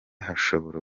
hashobora